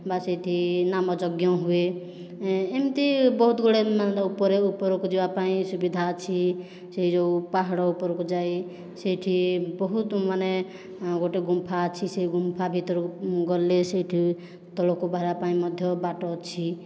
ବା ସେଇଠି ନାମ ଯଜ୍ଞ ହୁଏ ଏମିତି ବହୁତ ଗୁଡ଼ାଏ ମାନେ ଉପର ଉପରକୁ ଯିବା ପାଇଁ ସୁବିଧା ଅଛି ସେଇ ଯେଉଁ ପାହାଡ଼ ଉପରକୁ ଯାଇ ସେଇଠି ବହୁତ ମାନେ ଗୋଟିଏ ଗୁମ୍ଫା ଅଛି ସେଇ ଗୁମ୍ଫା ଭିତରକୁ ଗଲେ ସେଇଠି ତଳକୁ ବାହାରିବା ପାଇଁ ମଧ୍ୟ ବାଟ ଅଛି